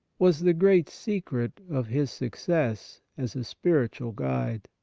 was the great secret of his success as a spiritual guide.